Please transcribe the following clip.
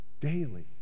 Daily